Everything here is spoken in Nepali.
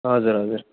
हजुर हजुर